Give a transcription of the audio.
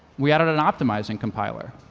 we added an optimizing compiler.